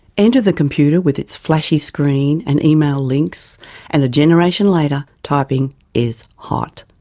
enter the computer with its flashy screen and email links and a generation later, typing is hot.